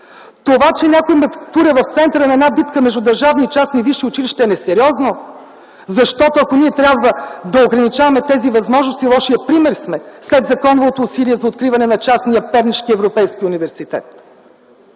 Това, че някой ме туря в центъра на една битка между държавни и частни висши училища, е несериозно, защото ако ние трябва да ограничаваме тези възможности, сме лошият пример след законовото усилие за откриване на частния Пернишки европейски университет.